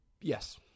Yes